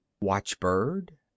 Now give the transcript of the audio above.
Watchbird